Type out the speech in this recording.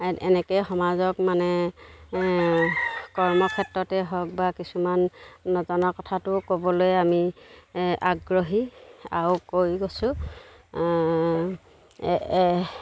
এনেকৈয়ে সমাজক মানে কৰ্ম ক্ষেত্ৰতে হওক বা কিছুমান নজনা কথাটোও ক'বলৈ আমি আগ্ৰহী আৰু কৈয়ো গৈছোঁ